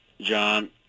John